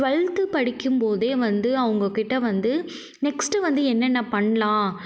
twelfth படிக்கும்போதே வந்து அவங்க கிட்டே வந்து நெக்ஸ்ட் வந்து என்னென்ன பண்ணலாம்